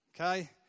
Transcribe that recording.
Okay